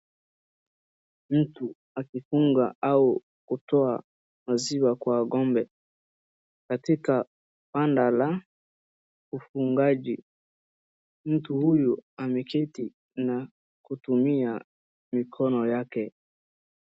Mtu akifunga au kutoa maziwa kwa ngombe katika banda la ufungaji. Mtu huyu ameketi na kutumia mikono yake.